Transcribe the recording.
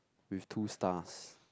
with two stars